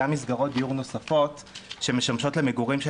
גם מסגרות דיור נוספות שמשמשות למגורים של